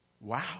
wow